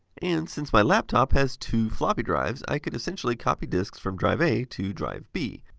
and, since my laptop has two floppy drives, i could essentially copy disks from drive a to drive b.